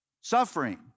Suffering